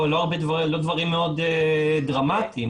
לא דברים מאוד דרמטיים.